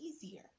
easier